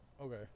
Okay